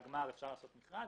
על הגמר אפשר לעשות מכרז,